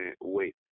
wait